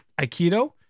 Aikido